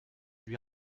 lui